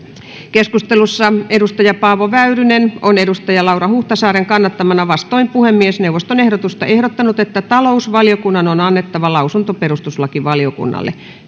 keskustelussa on paavo väyrynen laura huhtasaaren kannattamana vastoin puhemiesneuvoston ehdotusta ehdottanut että talousvaliokunnan on annettava lausunto perustuslakivaliokunnalle